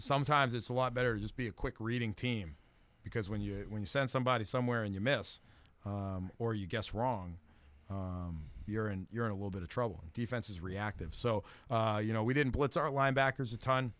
sometimes it's a lot better just be a quick reading team because when you when you send somebody somewhere and you miss or you guess wrong you're and you're in a little bit of trouble and defenses reactive so you know we didn't blitz our linebackers a ton